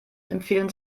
empfehlen